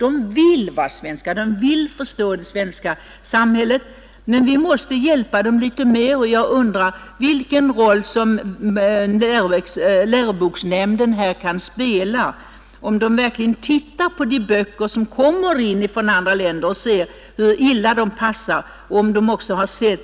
De vill vara svenskar, de vill förstå det svenska samhället, men vi måste hjälpa dem mera, och jag undrar därför vilken roll läroboksnämnden kan spela. Tittar verkligen nämnden på de böcker som kommer in från andra länder? Observerar nämnden hur illa de passar här och ser